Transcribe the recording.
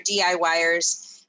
DIYers